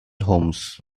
homes